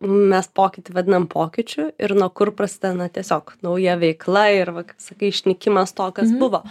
mes pokytį vadinam pokyčiu ir nuo kur prasideda na tiesiog nauja veikla ir va kad sakai išnykimas to kas buvo